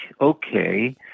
okay